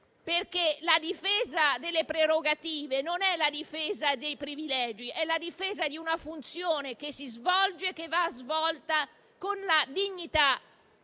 Italia. La difesa delle prerogative non è infatti la difesa dei privilegi, ma la difesa di una funzione che si svolge e che va svolta con la dignità e